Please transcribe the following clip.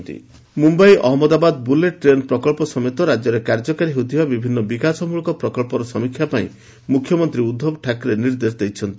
ବୁଟେଲ୍ train Mumbai Ahmedabad bullet train ପ୍ରକଳ୍ପ ସମେତ ରାଜ୍ୟରେ କାର୍ଯ୍ୟକାରୀ ହେଉଥିବା ବିଭିନ୍ନ ବିକାଶମୃଳକ ପ୍ରକଳ୍ପର ସମୀକ୍ଷା ପାଇଁ ମୁଖ୍ୟମନ୍ତ୍ରୀ ଭଦ୍ଧବ ଠାକରେ ନିର୍ଦ୍ଦେଶ ଦେଇଛନ୍ତି